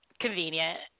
convenient